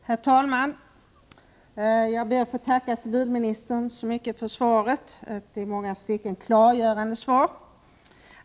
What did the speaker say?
Herr talman! Jag ber att få tacka civilministern så mycket för svaret. Det är ett i många stycken klargörande svar.